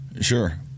Sure